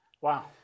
Wow